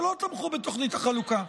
שלא תמכו בתוכנית החלוקה.